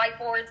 whiteboards